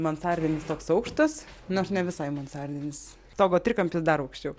mansardinis toks aukštas nors ne visai mansardinis stogo trikampis dar aukščiau